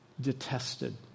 detested